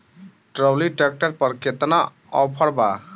Trolley tractor पर केतना offer बा?